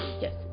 Yes